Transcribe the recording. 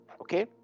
Okay